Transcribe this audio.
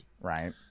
right